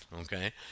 okay